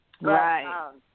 Right